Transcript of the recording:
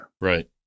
Right